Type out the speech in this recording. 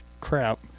crap